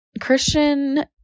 Christian